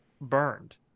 burned